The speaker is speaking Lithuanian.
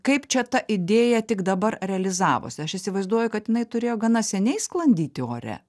kaip čia ta idėja tik dabar realizavosi aš įsivaizduoju kad jinai turėjo gana seniai sklandyti ore